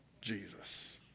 Jesus